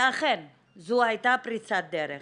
ואכן זו הייתה פריצה דרך